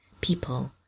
people